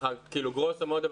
ככה כאילו גרוסו מודו,